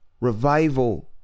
revival